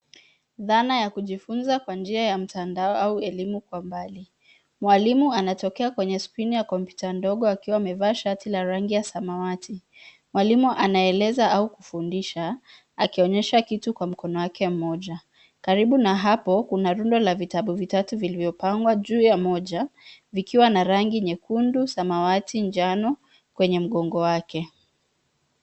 Dhana ya kujifunza kwa njia ya mtandao au elimu kwa mbali. Mwalimu anatokea kwenye skrini ya kompyuta ndogo akiwa amevaa shati la rangi ya samawati. Mwalimu anaeleza au kufundisha, akionyesha kitu kwa mkono wake mmoja. Karibu na hapo kuna rundo la vitabu vitatu vilivyopangwa juu ya moja, vikiwa na rangi nyekundu, samawati, njano kwenye mgongo wake.